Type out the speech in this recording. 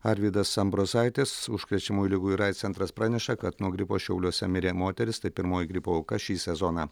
arvydas ambrozaitis užkrečiamųjų ligų ir aids centras praneša kad nuo gripo šiauliuose mirė moteris tai pirmoji gripo auka šį sezoną